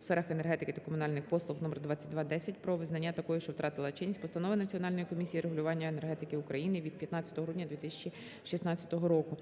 у сферах енергетики та комунальних послуг №2210 "Про визнання такою, що втратила чинність постанови Національної комісії регулювання електроенергетики України" від 15 грудня 2016 року.